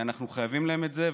אנחנו חייבים להם את זה,